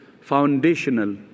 foundational